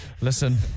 Listen